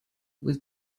with